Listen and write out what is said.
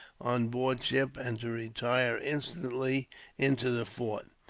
on board ship and to retire instantly into the fort.